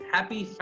Happy